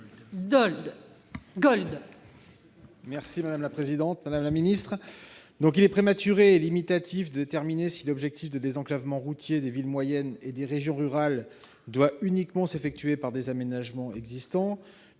: La parole est à M. Éric Gold. Il est prématuré et limitatif de déterminer si l'objectif de désenclavement routier des villes moyennes et des régions rurales doit uniquement s'effectuer grâce à des aménagements existants.